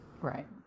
Right